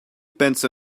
pants